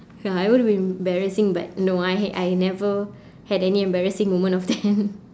ya I would be embarrassing but no I had I never had any embarrassing moment of then